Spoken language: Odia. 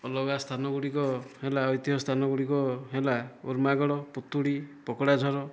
ଅଲଗା ସ୍ଥାନ ଗୁଡ଼ିକ ହେଲା ଐତିହ ସ୍ଥାନ ଗୁଡ଼ିକ ହେଲା ଉର୍ମାଗଡ଼ ପୁତୁଡ଼ି ପକୋଡ଼ାଝର